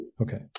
Okay